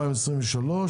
התשפ"ג-2023,